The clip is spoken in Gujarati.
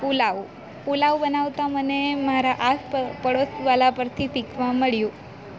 પુલાવ પુલાવ બનાવતા મને મારા આસ પડોસવાળા પાસેથી શીખવા મળ્યું